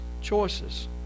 choices